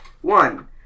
One